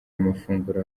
amafunguro